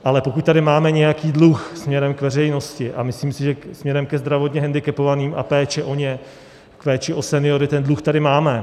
Ale pokud tady máme nějaký dluh směrem k veřejnosti, a myslím si, že směrem ke zdravotně hendikepovaným a péči o ně, péči o seniory ten dluh tady máme.